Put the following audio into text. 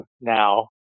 now